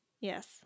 yes